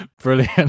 Brilliant